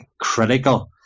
Critical